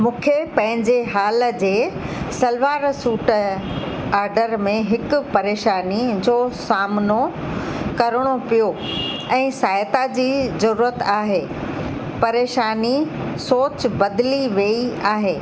मूंखे पंहिंजे हाल जे सलवार सूट आर्डर में हिकु परेशानी जो सामिनो करिणो पियो ऐं सहायता जी जरूरत आहे परेशानी सोच बदिली वेई आहे